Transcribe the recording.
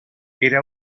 era